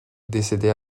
décédé